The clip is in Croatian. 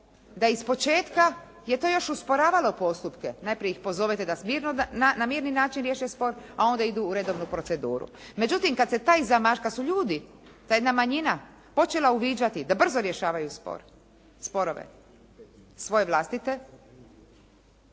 da iz početka je to još usporavalo postupke. Najprije ih pozovete da na mirni način riješe spor a onda idu u redovnu proceduru. Međutim, kad su ljudi, ta jedna manjina počela uviđati da brzo rješavaju sporove svoje vlastite